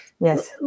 Yes